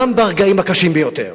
גם ברגעים הקשים ביותר.